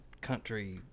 country